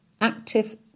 active